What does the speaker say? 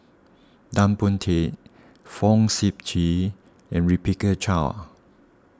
Tan Boon Teik Fong Sip Chee and Rebecca Chua